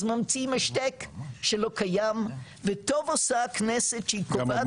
אז ממציאים השתק שלא קיים וטוב עושה הכנסת שהיא קובעת כעת.